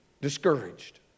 discouraged